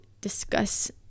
discuss